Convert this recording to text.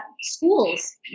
schools